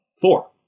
Four